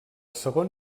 segon